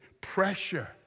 pressure